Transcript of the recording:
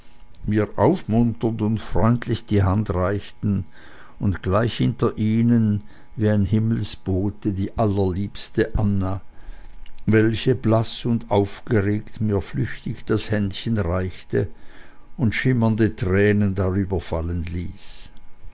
mir aufmunternd und freundlich die hand reichten und gleich hinter ihnen wie ein himmelsbote die allerliebste anna welche blaß und aufgeregt mir flüchtig das händchen reichte und schimmernde tränen darüber fallen ließ